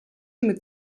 mit